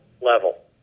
level